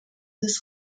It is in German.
des